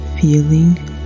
feeling